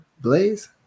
Blaze